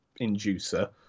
inducer